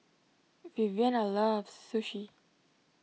Viviana loves Sushi